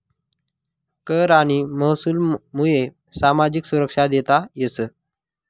कर आणि महसूलमुये सामाजिक सुरक्षा देता येस